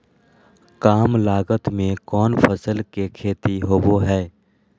काम लागत में कौन फसल के खेती होबो हाय?